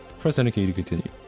press any key to continue.